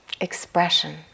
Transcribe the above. expression